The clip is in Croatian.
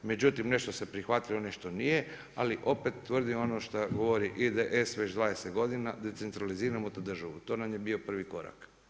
Međutim, nešto se prihvatilo, nešto nije ali opet tvrdim ono što govori IDS već 20 godina decentralizirajmo državu, to nam je bio prvi korak.